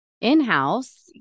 In-house